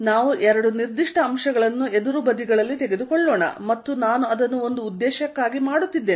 ನಾವು ಎರಡು ನಿರ್ದಿಷ್ಟ ಅಂಶಗಳನ್ನು ಎದುರು ಬದಿಗಳಲ್ಲಿ ತೆಗೆದುಕೊಳ್ಳೋಣ ಮತ್ತು ನಾನು ಅದನ್ನು ಒಂದು ಉದ್ದೇಶಕ್ಕಾಗಿ ಮಾಡುತ್ತಿದ್ದೇನೆ